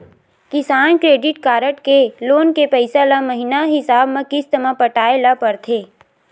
किसान credit card के loan के पइसा ल महिना हिसाब म किस्त म पटाए ल परथे